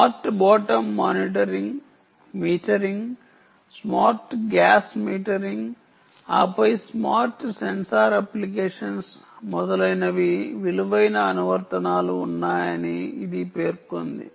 smart bottom monitoring metering smart gas metering ఆపై smart sensor applications మొదలైనవి విలువైన అనువర్తనాలు ఉన్నాయని ఇది పేర్కొంది